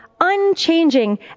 unchanging